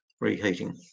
reheating